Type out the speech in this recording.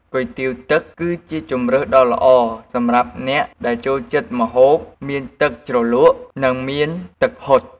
គុយទាវទឹកគឺជាជម្រើសដ៏ល្អសម្រាប់អ្នកដែលចូលចិត្តម្ហូបមានទឹកជ្រលក់និងមានទឹកហុត។